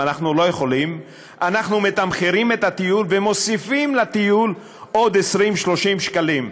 אנחנו מתמחרים את הטיול ומוסיפים לטיול עוד 20 30 שקלים.